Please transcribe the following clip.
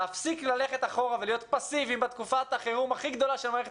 להפסיק ללכת אחורה ולהיות פסיביים בתקופת החירום הכי גדולה של מערכת